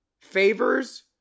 favors